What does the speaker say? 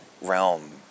realm